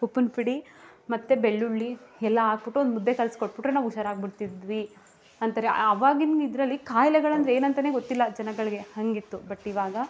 ಉಪ್ಪಿನ್ ಪುಡಿ ಮತ್ತು ಬೆಳ್ಳುಳ್ಳಿ ಎಲ್ಲ ಹಾಕ್ಬುಟ್ಟು ಒಂದು ಮುದ್ದೆ ಕಲ್ಸಿಕೊಟ್ಬಿಟ್ರೆ ನಾವು ಹುಷಾರಾಗಿಬಿಡ್ತಿದ್ವಿ ಅಂದರೆ ಆವಾಗಿನ ಇದರಲ್ಲಿ ಕಾಯಿಲೆಗಳಂದರೆ ಏನಂತನೆ ಗೊತ್ತಿಲ್ಲ ಜನಗಳಿಗೆ ಹಾಗಿತ್ತು ಬಟ್ ಇವಾಗ